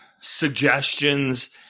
suggestions